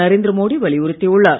நரேந்திர மோடி வலியுறுத்தியுள்ளார்